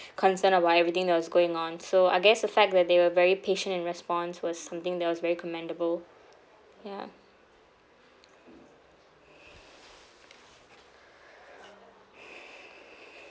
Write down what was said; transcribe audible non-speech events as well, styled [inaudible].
concerned about everything that was going on so I guess the fact that they were very patient in response was something that was very commendable ya [breath]